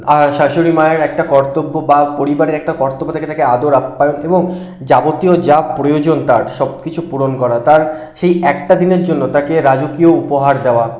শাশুড়ি মায়ের একটা কর্তব্য বা পরিবারের একটা কর্তব্য থেকে থাকে তাকে আদর আপ্যায়ন এবং যাবতীয় যা প্রয়োজন তার সব কিছু পূরণ করা তার সেই একটা দিনের জন্য তাকে রাজকীয় উপহার দেওয়া